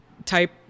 Type